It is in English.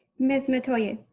miss metoyer?